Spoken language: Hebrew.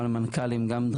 גם למנכ"לים,